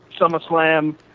SummerSlam